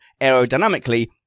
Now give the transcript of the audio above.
aerodynamically